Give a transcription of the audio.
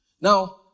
Now